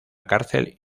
cárcel